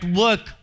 work